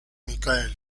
michael